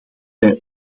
wij